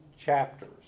chapters